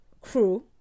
crew